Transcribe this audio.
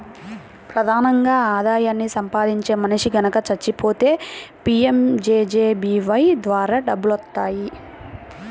ప్రధానంగా ఆదాయాన్ని సంపాదించే మనిషి గనక చచ్చిపోతే పీయంజేజేబీవై ద్వారా డబ్బులొత్తాయి